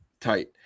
tight